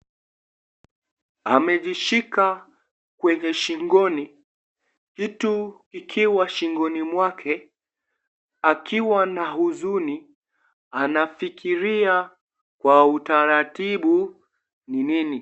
Amejishika kwenye shingoni, kitu kikiwa shingoni mwake akiwa na huzuni anafikiria kwa utaratibu ni nini?